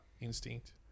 instinct